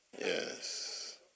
Yes